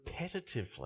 repetitively